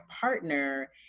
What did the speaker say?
partner